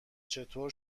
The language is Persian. چطور